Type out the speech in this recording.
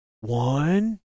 one